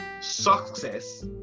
success